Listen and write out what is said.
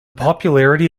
popularity